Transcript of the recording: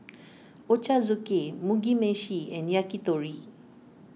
Ochazuke Mugi Meshi and Yakitori